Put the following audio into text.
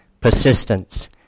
persistence